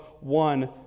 one